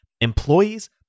employees